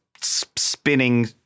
spinning